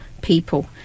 people